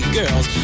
girls